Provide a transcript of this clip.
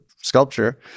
sculpture